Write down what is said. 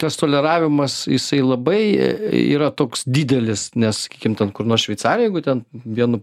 tas toleravimas jisai labai yra toks didelis nes sakykim ten kur nors šveicarijoj jeigu ten vienu